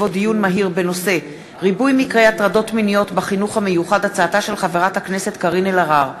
הילד בעקבות דיון מהיר בהצעתה של חברת הכנסת קארין אלהרר